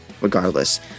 regardless